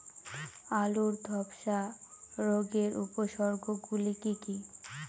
আলুর ধ্বসা রোগের উপসর্গগুলি কি কি?